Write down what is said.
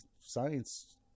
science